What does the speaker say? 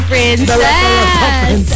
Princess